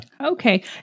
Okay